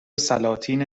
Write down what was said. سلاطین